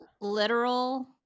literal